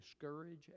discourage